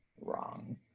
wrong